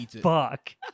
Fuck